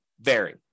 vary